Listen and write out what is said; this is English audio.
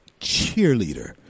cheerleader